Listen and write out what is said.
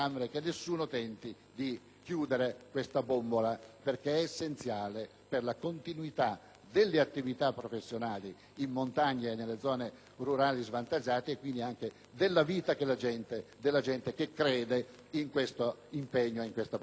chiudere questa bombola, essenziale per la continuità delle attività professionali in montagna e nelle zone rurali svantaggiate, quindi anche per la vita della gente che crede in questo impegno e in questa professione. *(Applausi